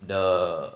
the